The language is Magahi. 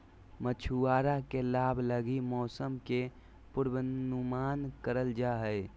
मछुआरा के लाभ लगी मौसम के पूर्वानुमान करल जा हइ